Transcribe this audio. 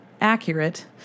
accurate